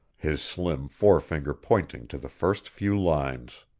his slim forefinger pointing to the first few lines.